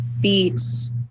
beats